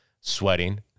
sweating